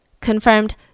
confirmed